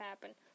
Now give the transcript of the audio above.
happen